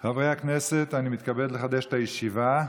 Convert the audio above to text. חברי הכנסת, אני מתכבד לחדש את הישיבה.